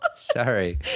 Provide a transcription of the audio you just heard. Sorry